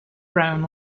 brown